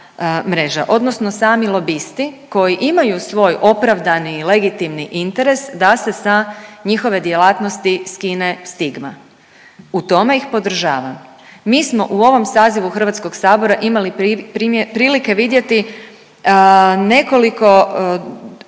odnosno sami lobisti koji imaju svoj opravdani i legitimni interes da se sa njihove djelatnosti skine stigma. U tome ih podržavam. Mi smo u ovom sazivu Hrvatskog sabora imali prilike vidjeti nekoliko dobrih